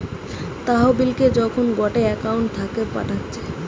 তহবিলকে যখন গটে একউন্ট থাকে পাঠাচ্ছে